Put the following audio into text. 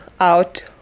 out